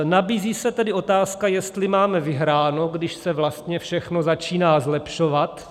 Nabízí se tedy otázka, jestli máme vyhráno, když se vlastně všechno začíná zlepšovat.